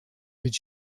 did